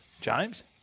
james